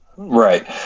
Right